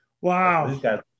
Wow